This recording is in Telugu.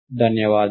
ధన్యవాదాలు